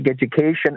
education